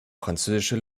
französische